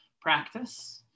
practice